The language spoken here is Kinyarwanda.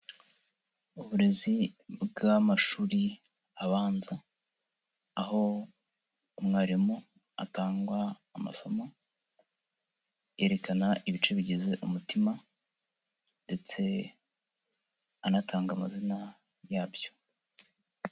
Uburezi bw'amashuri abanza. Aho umwarimu atangwa amasomo, yerekana ibice bigize umutima ndetse anatanga amazina yabyo.